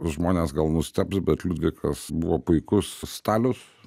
žmonės gal nustebs bet liudvikas buvo puikus stalius